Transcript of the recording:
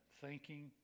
thanking